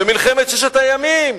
ומלחמת ששת הימים,